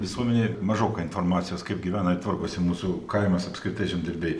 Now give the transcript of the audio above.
visuomenėj mažoka informacijos kaip gyvena tvarkosi mūsų kaimas apskritai žemdirbiai